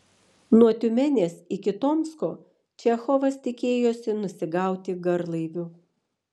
nuo tiumenės iki tomsko čechovas tikėjosi nusigauti garlaiviu